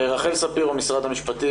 רחל ספירו ממשרד המשפטים,